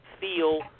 feel